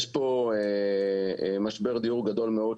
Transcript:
יש פה משבר דיור גדול מאוד,